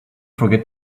forget